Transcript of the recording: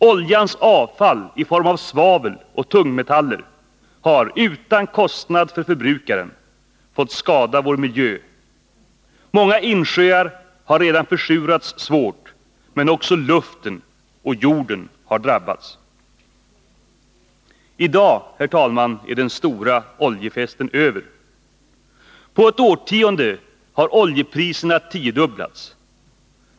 Oljans avfall i form av svavel och tungmetaller har, utan kostnad för oljeförbrukaren, fått skada vår miljö. Många insjöar har redan försurats svårt, men också luften och jorden har drabbats. I dag, herr talman, är den stora oljefesten över. På ett årtionde har oljepriserna tiodubblats.